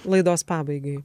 laidos pabaigai